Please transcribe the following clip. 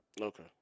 Okay